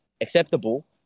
acceptable